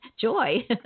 joy